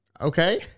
Okay